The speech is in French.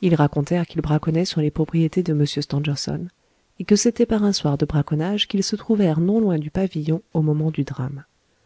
ils racontèrent qu'ils braconnaient sur les propriétés de m stangerson et que c'était par un soir de braconnage qu'ils se trouvèrent non loin du pavillon au moment du drame